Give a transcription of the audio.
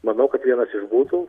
manau kad vienas iš būtų